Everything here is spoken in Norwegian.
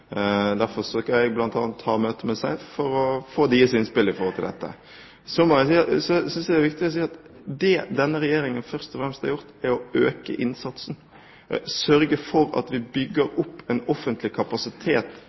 Derfor søker jeg bl.a. å ha møter med SEIF for å få deres innspill i forhold til dette. Så synes jeg det er viktig å si at det denne regjeringen først og fremst har gjort, er å øke innsatsen og sørge for at vi bygger opp en offentlig kapasitet